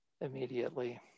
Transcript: immediately